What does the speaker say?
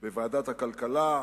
בוועדת הכלכלה,